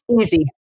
Easy